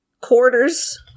quarters